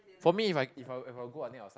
for me if I if I'll if I'll go I think will